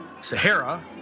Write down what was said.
Sahara